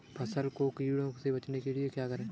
फसल को कीड़ों से बचाने के लिए क्या करें?